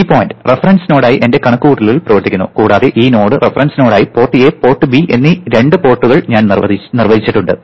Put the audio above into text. ഈ point reference നോഡായി എന്റെ കണക്കുകൂട്ടലുകൾ പ്രവർത്തിക്കുന്നു കൂടാതെ ഈ നോഡ് റഫറൻസ് നോഡായി പോർട്ട് എ പോർട്ട് ബി എന്നീ രണ്ട് പോർട്ടുകൾ ഞാൻ നിർവചിച്ചിട്ടുണ്ട്